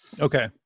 okay